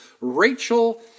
Rachel